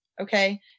Okay